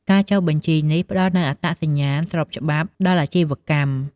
ការចុះបញ្ជីនេះផ្តល់នូវអត្តសញ្ញាណស្របច្បាប់ដល់អាជីវកម្ម។